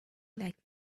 like